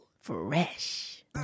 fresh